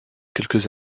quelques